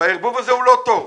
הערבוב הזה הוא לא טוב.